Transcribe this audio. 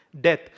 Death